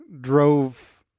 drove